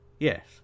yes